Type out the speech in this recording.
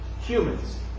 humans